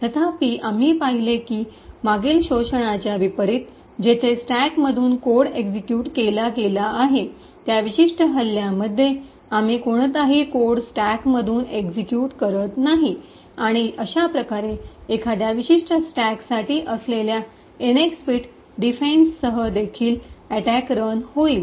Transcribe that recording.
तथापि आम्ही पाहिले की मागील शोषणाच्या विपरीत जिथे स्टॅकमधून कोड एक्सिक्यूट केला गेला आहे या विशिष्ट हल्ल्यामध्ये आम्ही कोणताही कोड स्टॅकमधून एक्सिक्यूट करत नाही आणि अशाप्रकारे एखाद्या विशिष्ट स्टॅकसाठी असलेल्या एनएक्स बिट डिफेन्ससह देखील अटैक रन होईल